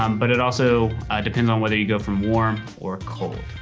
um but it also depends on whether you go from warm or cold.